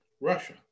Russia